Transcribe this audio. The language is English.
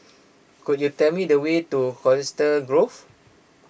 could you tell me the way to Colchester Grove